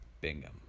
Bingham